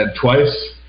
twice